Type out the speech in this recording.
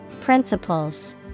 Principles